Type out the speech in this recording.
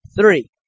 Three